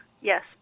yes